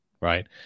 Right